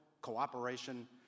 cooperation